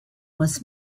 was